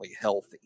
healthy